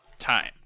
time